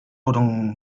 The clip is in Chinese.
提供